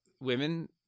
women